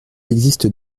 existe